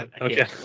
okay